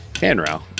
handrail